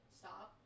stop